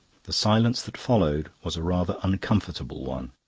the silence that followed was a rather uncomfortable one.